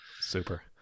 super